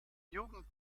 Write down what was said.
jugend